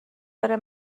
داره